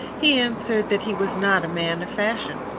he answered that he was not a man of fashion.